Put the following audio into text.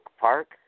Park